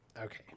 okay